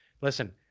Listen